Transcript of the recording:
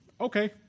Okay